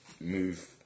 move